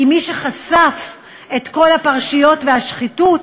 כי מי שחשף את כל הפרשיות והשחיתות